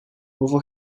hoeveel